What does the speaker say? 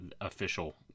official